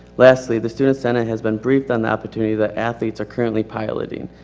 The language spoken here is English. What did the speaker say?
lastly, the student senate has been briefed on the opportunity that athletes are currently piloting.